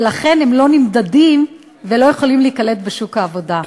ולכן הם לא נמדדים ולא יכולים להיקלט בשוק העבודה.